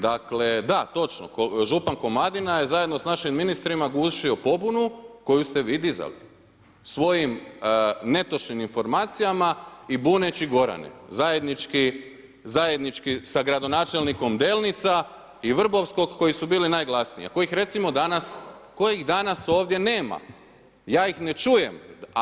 Dakle da, točno, župan Komadina je zajedno sa našim ministrima gušio pobunu koju ste vi dizali svojim netočnim informacijama i buneći Gorane zajednički sa gradonačelnikom Delnica i Vrbovskog koji su bili najglasniji a kojih recimo danas, kojih danas ovdje nema, ja ih ne čujem.